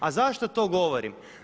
A zašto to govorim?